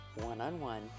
one-on-one